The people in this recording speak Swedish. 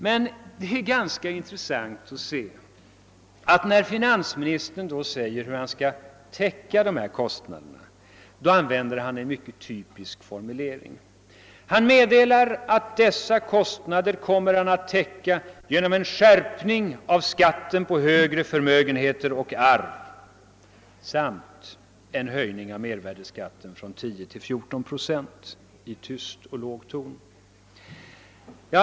Men det är ganska in tressant att konstatera att när finansministern talar om hur han skall täcka dessa kostnader använder han en mycket typisk formulering. Han meddelar att han kommer att täcka kostnaderna genom en skärpning av skatten på större förmögenheter och arv samt — i tyst och låg ton — genom en höjning av mervärdeskatten från 10 till 14 procent.